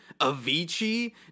Avicii